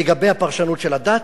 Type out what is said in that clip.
לגבי הפרשנות של הדת.